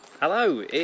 Hello